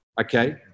okay